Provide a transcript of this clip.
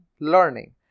learning